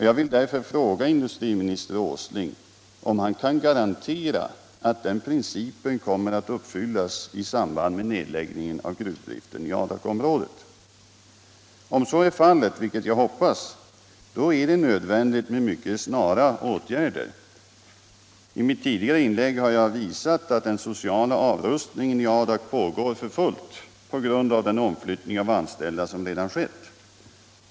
Jag vill därför fråga industriminister Åsling: Kan herr Åsling garantera att den principen kommer att tillämpas i samband med nedläggningen I av gruvdriften i Adakområdet? Om så är fallet — vilket jag hoppas — är det nödvändigt med mycket snara åtgärder. I mitt tidigare inlägg har jag visat att den sociala avrustningen i Adak pågår för fullt på grund av den omflyttning av anställda som redan har skett.